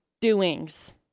doings